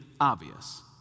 obvious